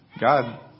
God